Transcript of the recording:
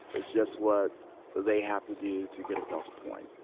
it's just what they have to do to get across a point.